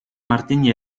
martini